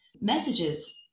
messages